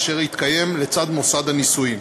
אשר יתקיים לצד מוסד הנישואין.